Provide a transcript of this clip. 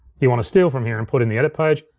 you wanna steal from here and put it in the edit page,